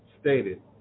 stated